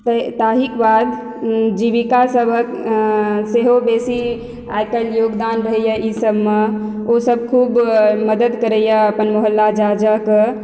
ताहिक बाद जीविका सबहक सेहो बेसी आइकाल्हि योगदान रहइए ई सबमे ओसब खुब मदद करइए अपन मोहल्ला जा जा कऽ